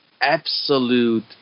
absolute